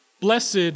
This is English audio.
Blessed